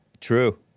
True